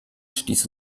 stieß